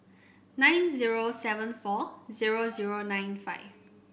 nine zero seven four zero zero nine five